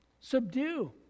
Subdue